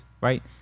right